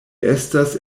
estas